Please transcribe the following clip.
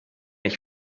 ich